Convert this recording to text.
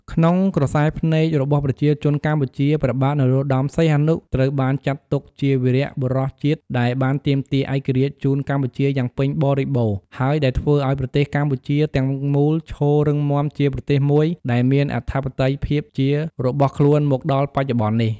នៅក្នុងក្រសែរភ្នែករបស់ប្រជាជនកម្ពុជា ព្រះបាទនរោត្តមសីហនុ ត្រូវបានចាត់ទុកជាវីរៈបុរសជាតិ ដែលបានទាមទារឯករាជ្យជូនកម្ពុជាយ៉ាងពេញបរិបូរណ៍ ហើយដែលធ្វើឱ្យប្រទេសកម្ពុជាទាំងមូលឈររឹងមាំជាប្រទេសមួយដែលមានអធិបតេយ្យភាពជារបស់ខ្លួនមកដល់បច្ចុប្បន្ននេះ ។